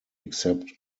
except